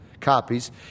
copies